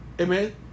Amen